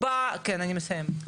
כן, אני מסיימת.